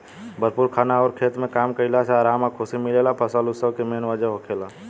भरपूर खाना अउर खेत में काम कईला से आराम आ खुशी मिलेला फसल उत्सव के मेन वजह होखेला